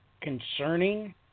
concerning